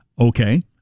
Okay